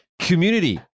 community